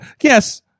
yes